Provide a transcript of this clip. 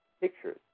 pictures